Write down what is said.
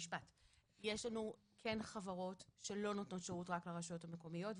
להם שזאת לא העירייה אלא